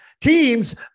teams